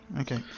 Okay